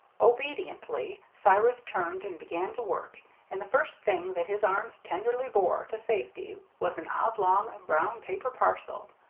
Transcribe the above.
obediently cyrus turned and began to work and the first thing that his arms tenderly bore to safety was an oblong brown-paper parcel.